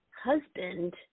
husband